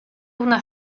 una